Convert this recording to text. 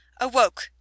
awoke—